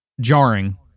Jarring